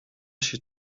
się